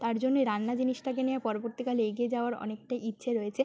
তার জন্যে রান্না জিনিসটাকে নিয়ে পরবর্তীকালে এগিয়ে যাওয়ার অনেকটা ইচ্ছে রয়েছে